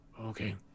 Okay